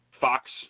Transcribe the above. Fox